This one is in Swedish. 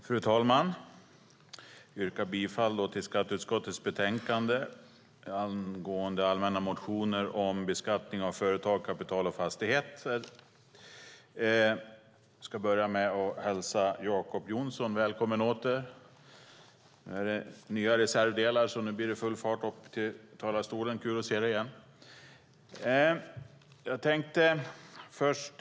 Fru talman! Jag yrkar bifall till förslaget i skatteutskottets betänkande som gäller allmänna motioner om beskattning av företag, kapital och fastigheter. Jag hälsar Jacob Johnson välkommen åter. Det är kul att se dig igen.